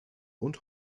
und